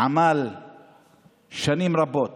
עמל שנים רבות